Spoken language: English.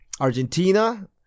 Argentina